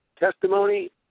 Testimony